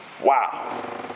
Wow